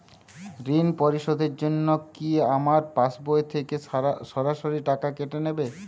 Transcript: ঋণ পরিশোধের জন্য কি আমার পাশবই থেকে সরাসরি টাকা কেটে নেবে?